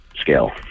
scale